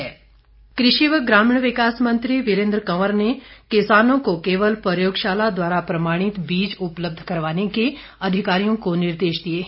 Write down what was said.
वीरेंद्र कंवर कृषि व ग्रामीण विकास मंत्री वीरेंद्र कंवर ने किसानों को केवल प्रयोगशाला द्वारा प्रमाणित बीज उपलब्ध करवाने के अधिकारियों को निर्देश दिए है